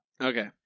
okay